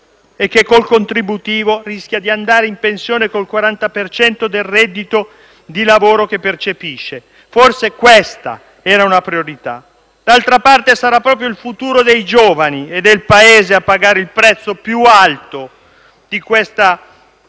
e che, col contributivo, rischia di andare in pensione col 40 per cento del reddito di lavoro che percepisce. Forse questa era una priorità. D'altra parte, sarà proprio il futuro dei giovani e del Paese a pagare il prezzo più alto di questa